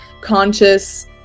conscious